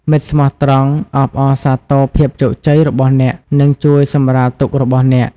មិត្តស្មោះត្រង់អបអរសាទរភាពជោគជ័យរបស់អ្នក និងជួយសម្រាលទុក្ខរបស់អ្នក។